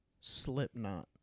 slipknot